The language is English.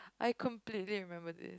I completely remembered it